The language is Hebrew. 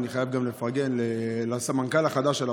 אני חייב גם לפרגן לסמנכ"ל החדש שלך,